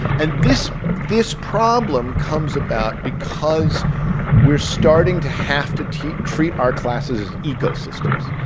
and this this problem comes about because we're starting to have to treat treat our classes as ecosystems,